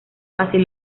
fácil